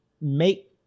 make